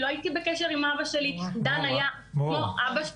לא הייתי בקשר עם אבא שלי, דן היה כמו אבא שלי.